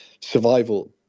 survival